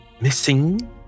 missing